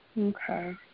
Okay